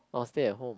or stay at home